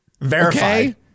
Verified